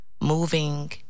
moving